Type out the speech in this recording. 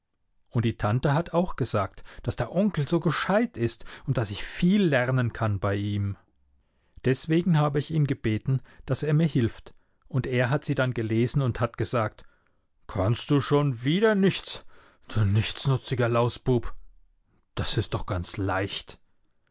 und die tante hat auch gesagt daß der onkel so gescheit ist und daß ich viel lernen kann bei ihm deswegen habe ich ihn gebeten daß er mir hilft und er hat sie dann gelesen und gesagt kannst du schon wieder nichts du nichtsnutziger lausbub das ist doch ganz leicht